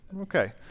Okay